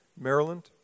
Maryland